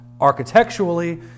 architecturally